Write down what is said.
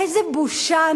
איזו בושה.